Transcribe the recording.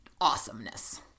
Awesomeness